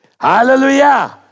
Hallelujah